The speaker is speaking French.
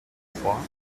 trois